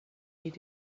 need